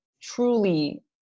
truly